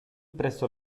presso